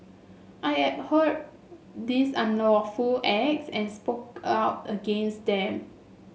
I abhorred these unlawful acts and spoke out against them